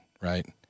Right